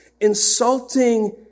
insulting